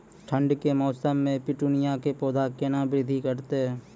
ठंड के मौसम मे पिटूनिया के पौधा केना बृद्धि करतै?